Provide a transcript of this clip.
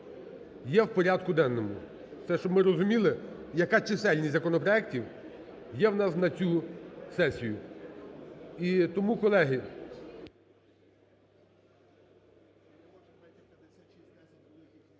є в порядку денному, це щоб ми розуміли яка чисельність законопроектів є в нас на цю сесію.